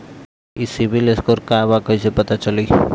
ई सिविल स्कोर का बा कइसे पता चली?